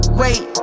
wait